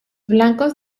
blancos